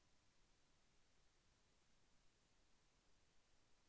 పంట అభివృద్ధి దశలు ఏమిటి?